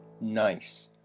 Nice